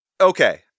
okay